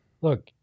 look